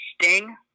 Sting